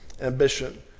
ambition